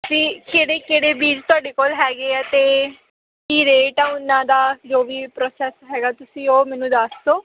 ਵੀ ਕਿਹੜੇ ਕਿਹੜੇ ਬੀਜ ਤੁਹਾਡੇ ਕੋਲ ਹੈਗੇ ਆ ਅਤੇ ਕੀ ਰੇਟ ਆ ਉਹਨਾਂ ਦਾ ਜੋ ਵੀ ਪ੍ਰੋਸੈਸ ਹੈਗਾ ਤੁਸੀਂ ਉਹ ਮੈਨੂੰ ਦੱਸ ਦਿਓ